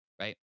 right